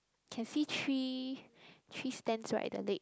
can see three three stands right the leg